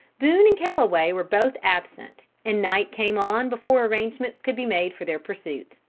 boone and calloway were both absent, and night came on before arrangements could be made for their pursuit.